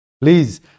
Please